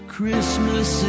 Christmas